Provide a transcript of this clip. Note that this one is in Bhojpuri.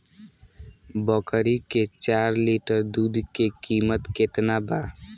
बकरी के चार लीटर दुध के किमत केतना बा?